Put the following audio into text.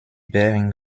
bearing